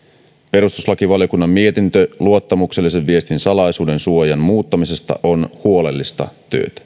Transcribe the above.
perustuslakivaliokunnan mietintö luottamuksellisen viestin salaisuuden suojan muuttamisesta on huolellista